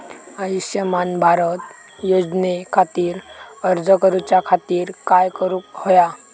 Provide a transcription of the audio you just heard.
आयुष्यमान भारत योजने खातिर अर्ज करूच्या खातिर काय करुक होया?